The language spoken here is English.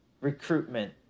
recruitment